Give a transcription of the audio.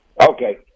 Okay